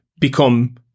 become